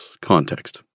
context